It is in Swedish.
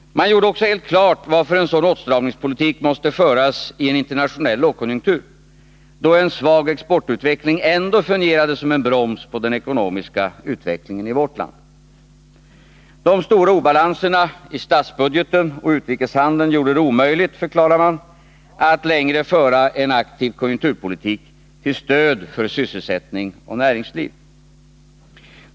Man gjorde också helt klart varför en sådan åtstramningspolitik måste föras i en internationell lågkonjunktur, då en svag exportutveckling ändå fungerade som en broms på den ekonomiska utvecklingen i vårt land. De stora obalanserna i statsbudgeten och utrikeshandeln gjorde det omöjligt, förklarade man, att längre föra en aktiv konjunkturpolitik till stöd för sysselsättning och näringsliv.